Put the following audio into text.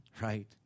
right